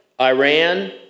Iran